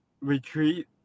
retreat